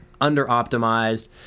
under-optimized